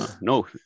no